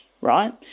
right